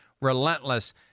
relentless